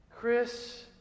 Chris